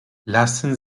lassen